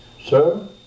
sir